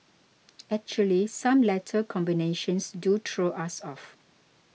actually some letter combinations do throw us off